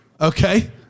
Okay